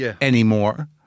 anymore